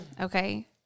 Okay